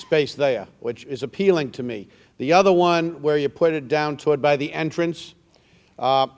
space they are which is appealing to me the other one where you put it down to it by the entrance